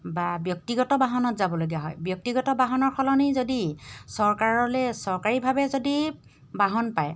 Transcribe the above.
বা ব্যক্তিগত বাহনত যাবলগীয়া হয় ব্যক্তিগত বাহনৰ সলনি যদি চৰকাৰলৈ চৰকাৰীভাৱে যদি বাহন পায়